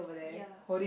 ya